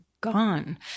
gone